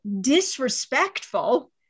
disrespectful